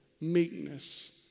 meekness